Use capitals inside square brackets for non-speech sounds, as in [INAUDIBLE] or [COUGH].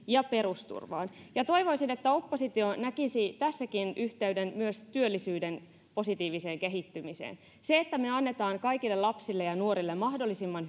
ja perusturvaan ja toivoisin että oppositio näkisi tässäkin yhteyden myös työllisyyden positiiviseen kehittymiseen se että me annamme kaikille lapsille ja nuorille mahdollisimman [UNINTELLIGIBLE]